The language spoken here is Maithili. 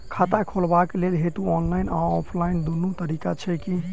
खाता खोलेबाक हेतु ऑनलाइन आ ऑफलाइन दुनू तरीका छै की?